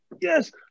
yes